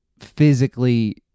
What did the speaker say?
physically